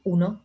Uno